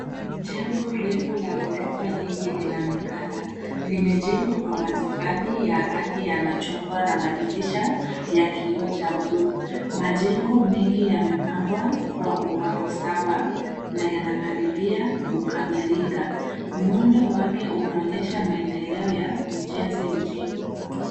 Jengo refu la ghorofa nyingi linaonekana. Limejengwa kwa matofali ya rangi ya machungwa na madirisha ya kioo cha blue . Majengo mengi yamepangwa kwa usawa na yanakaribia kukamilika. Muundo wake unaonyesha maendeleo ya ujenzi mjini.